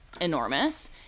Enormous